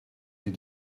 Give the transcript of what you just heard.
you